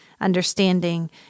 understanding